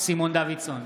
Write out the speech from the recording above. סימון דוידסון,